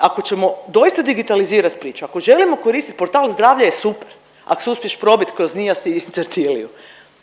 ako ćemo doista digitalizirati priču, ako želimo koristiti portal Zdravlje je super ako se uspiješ probiti kroz NIAS i Certiliu,